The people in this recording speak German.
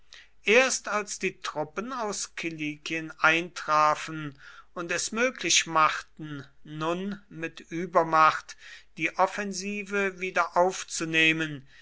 erst als die truppen aus kilikien eintrafen und es möglich machten nun mit übermacht die offensive